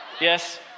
yes